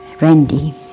Randy